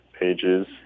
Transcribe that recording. pages